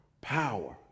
power